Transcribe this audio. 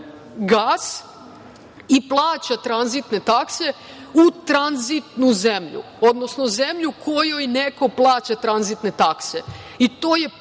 gas i plaća tranzitne takse u tranzitnu zemlju, odnosno zemlju kojoj neko plaća tranzitne takse i to je